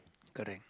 correct